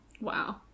wow